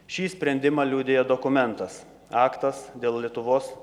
šį sprendimą liudija dokumentas aktas dėl lietuvos